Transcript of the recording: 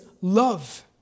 love